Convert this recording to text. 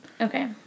Okay